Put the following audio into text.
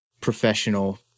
professional